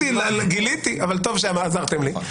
אבל טוב שעזרתם לי.